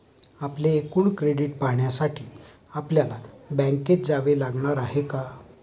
आपले एकूण क्रेडिट पाहण्यासाठी आपल्याला बँकेत जावे लागणार आहे का?